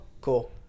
cool